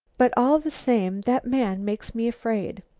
but, all the same, that man makes me afraid.